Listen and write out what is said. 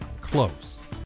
close